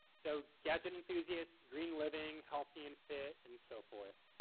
so, gadget enthusiasts dream living healthy and fit, and so forth.